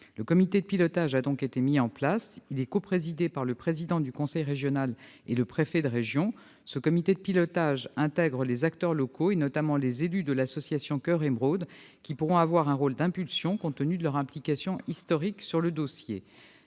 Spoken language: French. Le comité de pilotage a été mis en place. Il est coprésidé par le président du conseil régional et le préfet de région, et il intègre les acteurs locaux, notamment les élus de l'association Coeur Émeraude, qui pourront avoir un rôle d'impulsion compte tenu de leur implication historique sur le dossier.